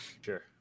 Sure